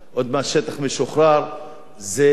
זה לא העניין.